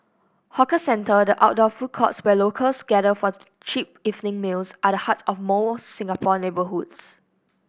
hawker centre the outdoor food courts where locals gather for cheap evening meals are the heart of most Singapore neighbourhoods